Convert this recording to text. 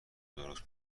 درست